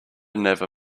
never